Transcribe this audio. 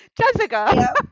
Jessica